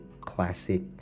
classic